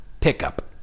pickup